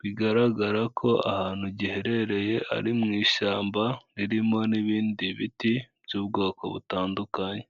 bigaragara ko ahantu giherereye ari mu ishyamba ririmo n'ibindi biti by'ubwoko butandukanye.